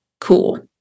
cool